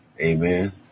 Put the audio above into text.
amen